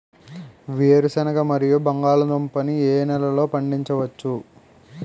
వేరుసెనగ మరియు బంగాళదుంప ని ఏ నెలలో పండించ వచ్చు?